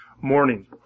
morning